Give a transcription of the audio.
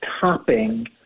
topping